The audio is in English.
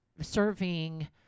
serving